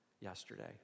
yesterday